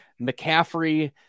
McCaffrey